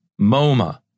MoMA